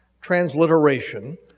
transliteration